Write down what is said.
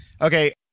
Okay